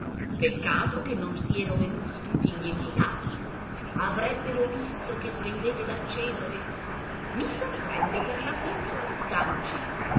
peccato che non sieno venuti tutti gli invitati avrebbero visto che spendete da esare i sorprende per la signora sganci